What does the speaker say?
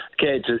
Okay